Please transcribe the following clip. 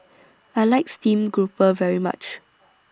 I like Steamed Grouper very much